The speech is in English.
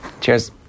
Cheers